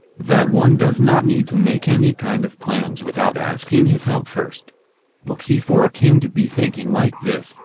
that one does not need to make any kind of plans without asking his help first lxi for a king to be thinking like this,